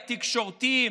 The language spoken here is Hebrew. התקשורתי,